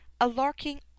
A-larking